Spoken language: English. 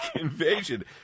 invasion